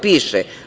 Piše.